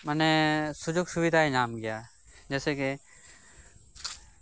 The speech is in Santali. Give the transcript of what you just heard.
ᱢᱟᱱᱮ ᱥᱩᱡᱳᱜᱽᱼᱥᱩᱵᱤᱫᱟᱭ ᱧᱟᱢ ᱜᱮᱭᱟ ᱡᱮᱭᱥᱮ ᱜᱮ ᱩᱱᱤ